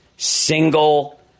single